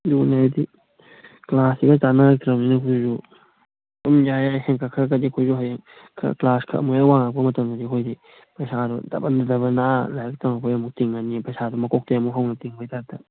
ꯑꯗꯨꯅꯦ ꯍꯥꯏꯗꯤ ꯀ꯭ꯂꯥꯁꯁꯤꯒ ꯆꯥꯟꯅꯔꯛꯇ꯭ꯔꯃꯤꯅ ꯑꯩꯈꯣꯏꯁꯨ ꯑꯗꯨꯝ ꯌꯥꯏ ꯌꯥꯏ ꯍꯦꯟꯒꯠꯈ꯭ꯔꯒꯗꯤ ꯑꯩꯈꯣꯏꯁꯨ ꯍꯌꯦꯡ ꯈꯔ ꯀ꯭ꯂꯥꯁ ꯈꯔ ꯃꯌꯥꯝ ꯋꯥꯡꯉꯛꯄ ꯃꯇꯝꯗꯗꯤ ꯑꯩꯈꯣꯏꯗꯤ ꯄꯩꯁꯥꯗꯣ ꯗꯕꯜ ꯗꯕꯜꯗ ꯂꯥꯏꯔꯤꯛ ꯇꯝꯃꯛꯄꯒꯤ ꯑꯃꯨꯛ ꯇꯤꯡꯉꯅꯤ ꯄꯩꯁꯥꯗꯣ ꯃꯀꯣꯛꯇꯒꯤ ꯑꯃꯨꯛ ꯍꯧꯅ ꯇꯤꯡꯕꯒꯤ ꯇꯥꯏꯞꯇ